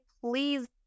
please